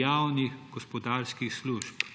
javnih gospodarskih služb.